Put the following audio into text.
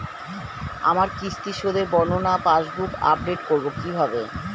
আমার কিস্তি শোধে বর্ণনা পাসবুক আপডেট করব কিভাবে?